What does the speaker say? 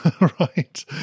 Right